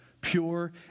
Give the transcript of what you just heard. pure